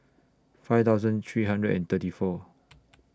five thousand three hundred and thirty four